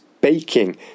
baking